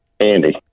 Andy